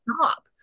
stop